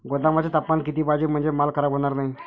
गोदामाचे तापमान किती पाहिजे? म्हणजे माल खराब होणार नाही?